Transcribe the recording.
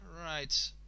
right